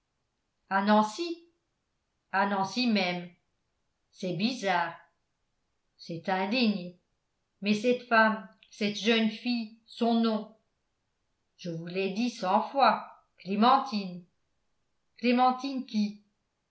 à nancy à nancy même c'est bizarre c'est indigne mais cette femme cette jeune fille son nom je vous l'ai dit cent fois clémentine clémentine qui